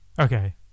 Okay